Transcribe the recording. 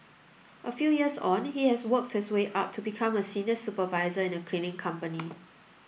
a few years on he has worked his way up to become a senior supervisor in a cleaning company